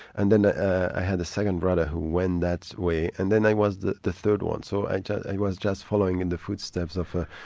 and then ah i had a second brother who went that way, and then i was the the third one, so i was just following in the footsteps of a